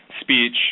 speech